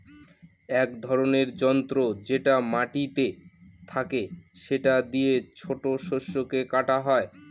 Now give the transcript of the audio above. এক ধরনের যন্ত্র যেটা মাটিতে থাকে সেটা দিয়ে ছোট শস্যকে কাটা হয়